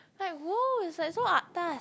like !woah! it's so atas